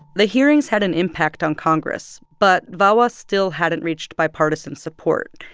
the hearings had an impact on congress, but vawa still hadn't reached bipartisan support.